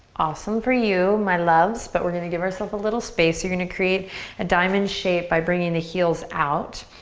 awesome for you, my loves but we're gonna give ourself a little space. you're gonna create a diamond shape by bringing the heels out.